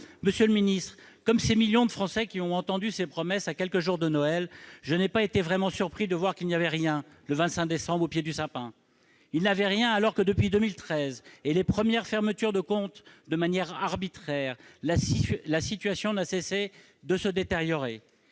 Monsieur le ministre, comme ces millions de Français qui ont entendu ces promesses à quelques jours de Noël, je n'ai pas été vraiment surpris de voir qu'il n'y avait rien, le 25 décembre, au pied du sapin. Il n'y avait rien, alors que, depuis 2013 et les premières fermetures arbitraires de comptes, la situation n'a cessé de se détériorer.